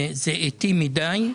זה איטי מידי.